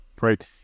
Right